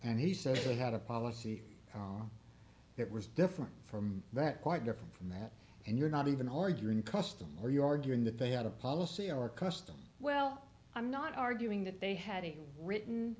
and he said he had a policy that was different from that quite different from that and you're not even arguing customs are you arguing that they had a policy or customs well i'm not arguing that they had a written